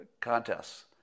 contests